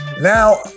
now